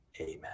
Amen